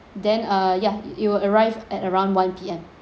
then uh yeah it will arrive at around one P_M